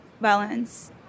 violence